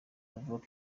avuga